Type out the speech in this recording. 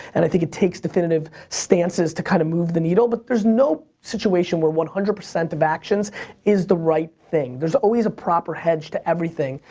and i think it takes definitive stances to kind of move the needle. but there's no situation where one hundred percent of actions is the right thing. there's always a proper hedge to everything.